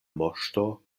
moŝto